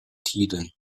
tiden